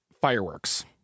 fireworks